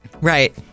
Right